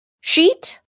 sheet